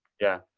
yeah,